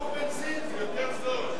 שיישתו בנזין, זה יותר זול.